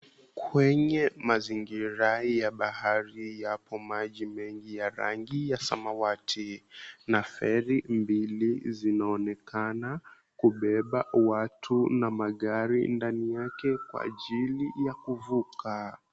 Kwenye mazingira ya bahari yapo maji mengi ya rangi ya samawati na feri mbili zinaonekana kubeba watu na magari ndani yake kwa ajiri ya kuvuka.